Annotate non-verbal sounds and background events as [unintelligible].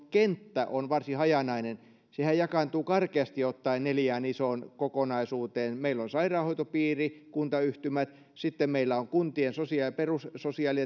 [unintelligible] kenttä on varsin hajanainen sehän jakaantuu karkeasti ottaen neljään isoon kokonaisuuteen meillä on sairaanhoitopiirit kuntayhtymät sitten meillä on kuntien perussosiaali [unintelligible]